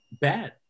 bad